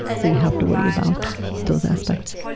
so you have to worry about those aspects.